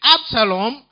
Absalom